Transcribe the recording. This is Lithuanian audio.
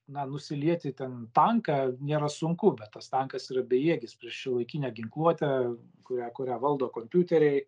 na nusilieti ten tanką nėra sunku bet tas tankas yra bejėgis prieš šiuolaikinę ginkluotę kurią kurią valdo kompiuteriai